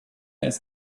it’s